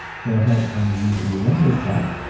go ahead and use the render prop,